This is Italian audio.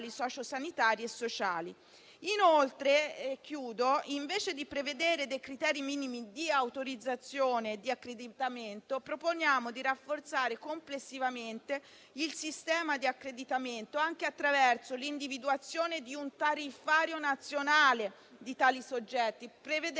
Inoltre, invece di prevedere criteri minimi di autorizzazione e di accreditamento, proponiamo di rafforzare complessivamente il sistema di accreditamento anche attraverso l'individuazione di un tariffario nazionale di tali soggetti, prevedendo